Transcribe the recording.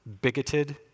Bigoted